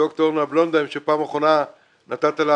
דוקטור אורנה בלונדהיים שפעם אחרונה נתת לה